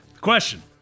Question